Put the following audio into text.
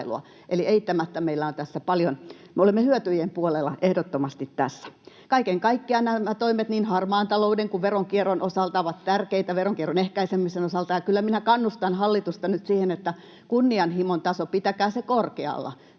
eli eittämättä meillä on tässä paljon. Me olemme hyötyjien puolella ehdottomasti tässä. Kaiken kaikkiaan nämä toimet niin harmaan talouden kuin veronkierron ehkäisemisen osalta ovat tärkeitä, ja kyllä kannustan hallitusta nyt siihen, että pitäkää kunnianhimon taso korkealla.